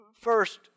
First